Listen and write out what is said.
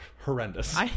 horrendous